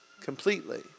completely